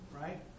right